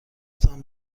تان